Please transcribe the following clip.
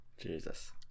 Jesus